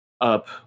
up